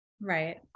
right